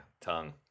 tongue